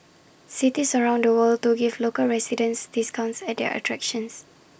cities around the world do give local residents discounts at their attractions